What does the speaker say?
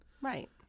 Right